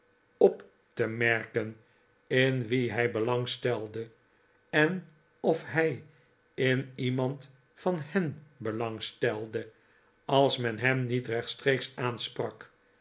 op te merken in wien hij belang stelde en of hij in iemand van hen belang stelde als men hem niet rechtstreeks aansprak